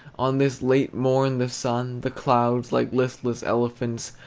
on this late morn the sun the clouds, like listless elephants,